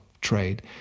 trade